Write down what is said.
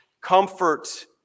comfort